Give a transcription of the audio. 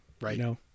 Right